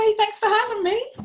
thanks for having me.